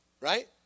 Right